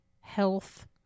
health